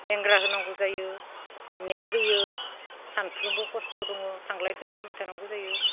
हेंग्रा होनांगौ जायो नेट होयो सामफ्रोमबो खस्थ' दङ थालाय फैलाय खालामबाय थानांगौ जायो